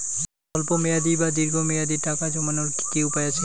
স্বল্প মেয়াদি বা দীর্ঘ মেয়াদি টাকা জমানোর কি কি উপায় আছে?